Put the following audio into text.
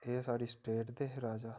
एह् साढ़ी स्टेट दे हे राजा